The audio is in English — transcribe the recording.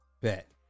Bet